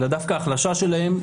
אלא דווקא החלשה שלהן,